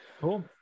Cool